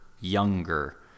younger